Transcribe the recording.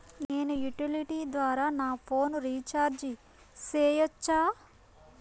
నేను యుటిలిటీ ద్వారా నా ఫోను రీచార్జి సేయొచ్చా?